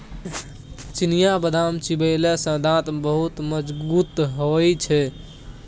चिनियाबदाम चिबेले सँ दांत मजगूत होए छै